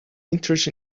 interest